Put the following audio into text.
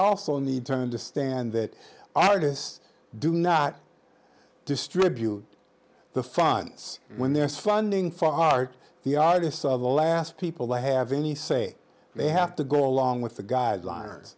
also need turn to stand that artists do not distribute the funds when there is funding for art the artists are the last people to have any say they have to go along with the guidelines